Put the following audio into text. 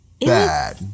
bad